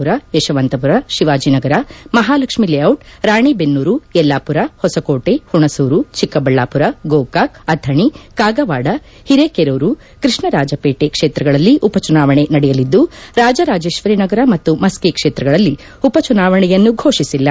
ಪುರ ಯಶವಂತಪುರ ಶಿವಾಜಿನಗರ ಮಹಾಲಕ್ಷ್ಮಿ ಲೇಬಿಟ್ ರಾಣಿಬೆನ್ನೂರು ಯಲ್ಲಾಪುರ ಹೊಸಕೋಟೆ ಹುಣಸೂರು ಚಿಕ್ಕಬಳ್ಳಾಪುರ ಗೋಕಾಕ್ ಅಥಣಿ ಕಾಗವಾಡ ಹಿರೇಕೆರೂರು ಕೃಷ್ಣರಾಜಪೇಟೆ ಕ್ಷೇತಗಳಲ್ಲಿ ಉಪಚುನಾವಣೆ ನಡೆಯಲಿದ್ದು ರಾಜರಾಜೇಶರಿ ನಗರ ಮತ್ತು ಮಸ್ನಿ ಕ್ಷೇತ್ರಗಳಲ್ಲಿ ಉಪಚುನಾವಣೆಯನ್ನು ಘೋಷಿಸಿಲ್ಲ